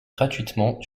gratuitement